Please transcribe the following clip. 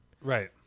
Right